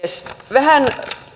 vähän